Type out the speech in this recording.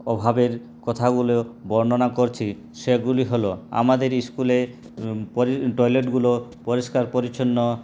অভাবের কথাগুলো বর্ণনা করছি সেগুলি হল আমাদের স্কুলে টয়লেটগুলো পরিষ্কার পরিচ্ছন্ন